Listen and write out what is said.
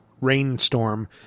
rainstorm